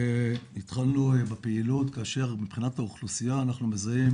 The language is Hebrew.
התחלנו בפעילות כאשר מבחינת האוכלוסייה אנחנו מזהים